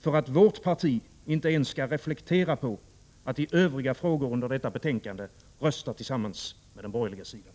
för att vårt parti inte ens skall reflektera på att i övriga frågor under detta betänkande rösta tillsammans med den borgerliga sidan.